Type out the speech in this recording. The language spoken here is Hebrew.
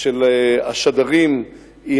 של השדרים,